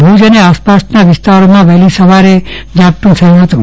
ભુજ અને આસપાસના વિસ્તારોમાં વહેલી સવારે ઝાપટું થયું હતું